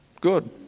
Good